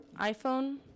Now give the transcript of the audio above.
iPhone